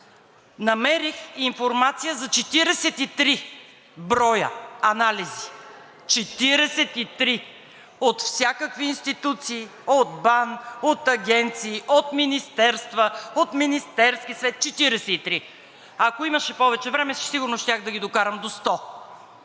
намерих информация за 43 броя анализи – 43 от всякакви институции – от БАН, от агенции, от министерства, от Министерския съвет. Четиридесет и три, ако имаше и повече време, сигурно щях да ги докарам до 100.